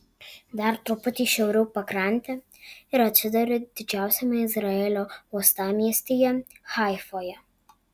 dar truputį šiauriau pakrante ir atsiduri didžiausiame izraelio uostamiestyje haifoje